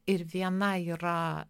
ir viena yra